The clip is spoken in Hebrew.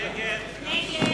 ההסתייגות (2)